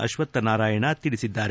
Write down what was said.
ಅಶ್ವಕ್ಥ ನಾರಾಯಣ ತಿಳಿಸಿದ್ದಾರೆ